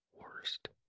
worst